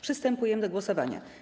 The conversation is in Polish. Przystępujemy do głosowania.